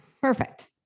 Perfect